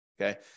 Okay